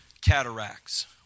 cataracts